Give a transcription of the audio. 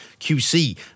QC